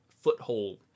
foothold